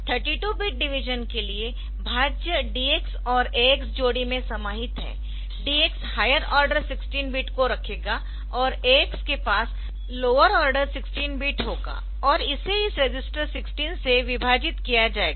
32 bit division के लिए भाज्य DX और AX जोड़ी में समाहित है DX हायर ऑर्डर 16 बिट को रखेगा और AX के पास लोअर ऑर्डर 16 बिट होगा और इसे इस रजिस्टर 16 से विभाजित किया जाएगा